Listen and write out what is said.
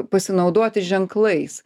pasinaudoti ženklais